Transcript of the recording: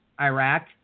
Iraq